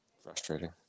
Frustrating